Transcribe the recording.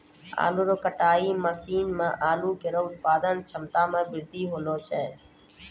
आलू कटाई मसीन सें आलू केरो उत्पादन क्षमता में बृद्धि हौलै